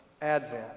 Advent